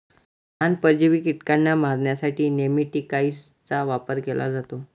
लहान, परजीवी कीटकांना मारण्यासाठी नेमॅटिकाइड्सचा वापर केला जातो